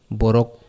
borok